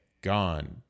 gone